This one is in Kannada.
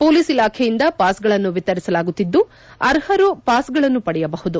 ಪೊಲೀಸ್ ಇಲಾಖೆಯಿಂದ ಪಾಸ್ಗಳನ್ನು ವಿತರಿಸಲಾಗುತ್ತಿದ್ದು ಅರ್ಹರು ಪಾಸ್ಗಳನ್ನು ಪಡೆಯಬಹುದು